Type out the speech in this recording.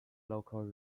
local